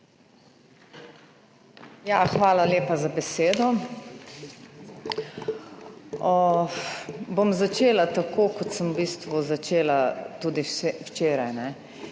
hvala lepa za besedo. Bom začela tako, kot sem v bistvu začela tudi včeraj,